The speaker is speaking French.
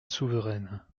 souveraine